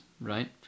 right